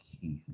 Keith